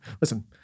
listen